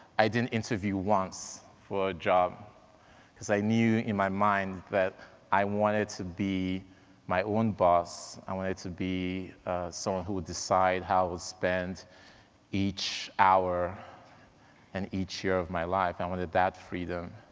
i didn't interview once for a job because i knew in my mind that i wanted to be my own boss, i wanted to be someone who would decide how i would spend each hour and each year of my life, i wanted that freedom.